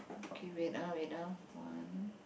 K wait ah wait ah one